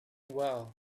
well